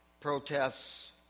protests